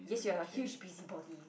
yes you are a huge busybody